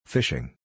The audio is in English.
Fishing